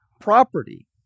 property